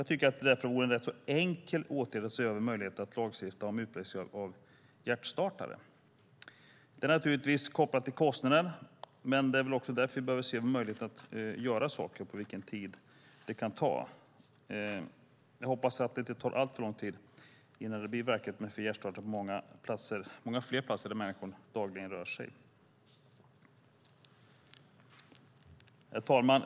Jag tycker därför att det vore en enkel åtgärd att se över möjligheterna att lagstifta om utplacering av hjärtstartare. Det är naturligtvis kopplat till kostnader, och det är väl därför vi behöver se över möjligheterna. Jag hoppas att det inte tar alltför lång tid innan det blir verklighet med hjärtstartare på många fler platser där människor dagligen rör sig. Herr talman!